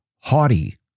haughty